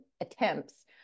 attempts